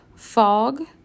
Fog